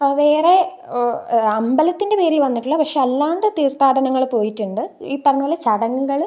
വേറെ അമ്പലത്തിൻ്റെ പേരിൽ വന്നിട്ടില്ല പക്ഷേ അല്ലാണ്ട് തീർത്ഥാടനങ്ങള് പോയിട്ടുണ്ട് ഈ പറഞ്ഞ പോലെ ചടങ്ങുകള്